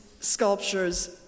sculptures